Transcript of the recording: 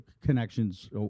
connections